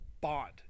Bond